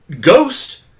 Ghost